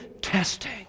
testing